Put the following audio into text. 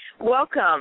Welcome